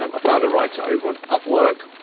um i found a writer over on upwork